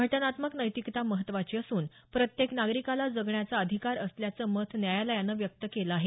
घटनात्मक नैतिकता महत्त्वाची असून प्रत्येक नागरिकाला जगण्याचा अधिकार असल्याचं मत न्यायालयानं व्यक्त केलं आहे